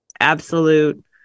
absolute